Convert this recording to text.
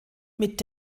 mit